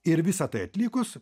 ir visa tai atlikus